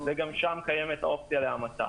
וגם שם קיימת אופציה להמתה.